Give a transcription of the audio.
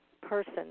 person